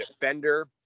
defender